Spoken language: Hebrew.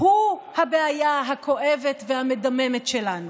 הזה שהוא הבעיה הכואבת והמדממת שלנו,